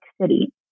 City